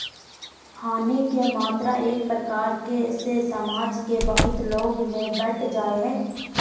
हानि के मात्रा एक प्रकार से समाज के बहुत लोग में बंट जा हइ